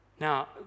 Now